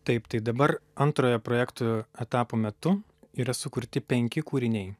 taip tai dabar antrojo projekto etapo metu yra sukurti penki kūriniai